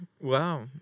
Wow